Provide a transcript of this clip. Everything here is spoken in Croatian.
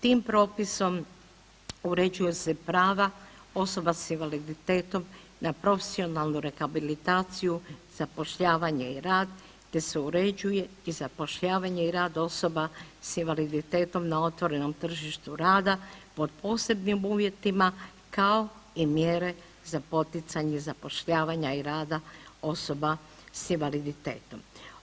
Tim propisom uređuju se prava osoba s invaliditetom na profesionalnu rehabilitaciju, zapošljavanje i rad, te se uređuje i zapošljavanje i rad osoba s invaliditetom na otvorenom tržištu rada pod posebnim uvjetima kao i mjere za poticanje zapošljavanja i rada osoba s invaliditetom.